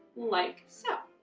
like so.